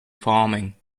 farming